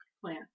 plan